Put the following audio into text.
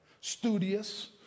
studious